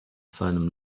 seinem